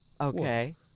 Okay